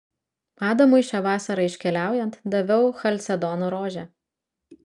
adamui šią vasarą iškeliaujant daviau chalcedono rožę